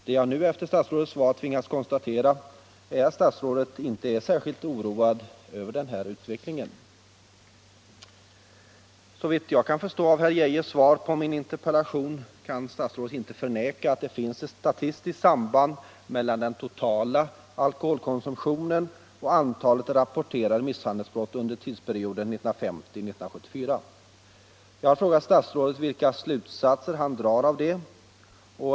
Det jag nu efter statsrådets svar tvingas konstatera är att statsrådet inte är särskilt oroad över denna utveckling. Såvitt jag kan förstå av herr Geijers svar på min interpellation kan statsrådet inte förneka att det finns ett statistiskt samband mellan den totala alkoholkonsumtionen och antalet rapporterade misshandelsbrott under tidsperioden 1950-1974. Jag har frågat statsrådet vilka slutsatser han drar av detta.